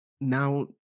now